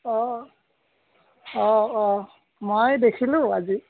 অঁ অঁ অঁ মই দেখিলোঁ আজি